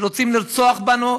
שרוצים לרצוח בנו,